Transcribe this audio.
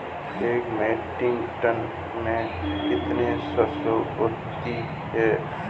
एक metric ton में कितनी सरसों होती है?